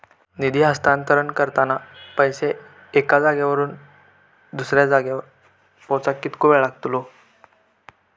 निधी हस्तांतरण करताना पैसे एक्या जाग्यावरून दुसऱ्या जाग्यार पोचाक कितको वेळ लागतलो?